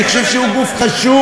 אני חושב שהוא גוף חשוב.